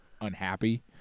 unhappy –